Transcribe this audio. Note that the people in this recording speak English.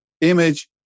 image